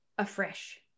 afresh